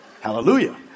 Hallelujah